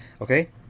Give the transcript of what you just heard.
Okay